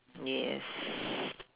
yes